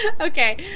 Okay